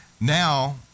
Now